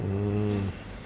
mm